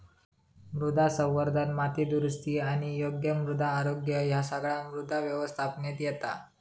मृदा संवर्धन, माती दुरुस्ती आणि योग्य मृदा आरोग्य ह्या सगळा मृदा व्यवस्थापनेत येता